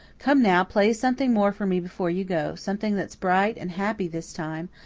come now, play something more for me before you go something that's bright and happy this time,